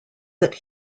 that